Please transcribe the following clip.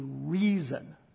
reason